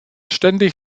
ständig